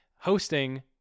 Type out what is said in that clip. Hosting